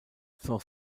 saint